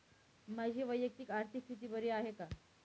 माझी वैयक्तिक आर्थिक स्थिती बरी आहे का?